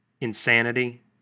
insanity